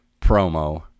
promo